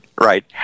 right